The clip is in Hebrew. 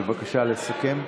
בבקשה לסכם.